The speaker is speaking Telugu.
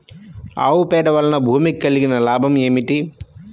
ఆవు పేడ వలన భూమికి కలిగిన లాభం ఏమిటి?